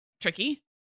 tricky